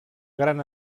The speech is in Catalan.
gran